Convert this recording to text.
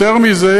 יותר מזה,